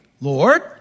Lord